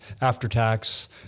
after-tax